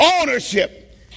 ownership